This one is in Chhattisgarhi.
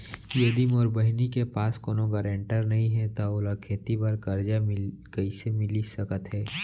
यदि मोर बहिनी के पास कोनो गरेंटेटर नई हे त ओला खेती बर कर्जा कईसे मिल सकत हे?